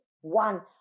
one